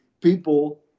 people